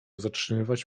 zatrzymywać